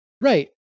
Right